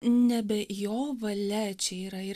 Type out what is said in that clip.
nebe jo valia čia yra ir